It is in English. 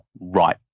right